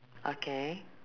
okay